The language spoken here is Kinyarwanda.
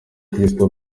crystal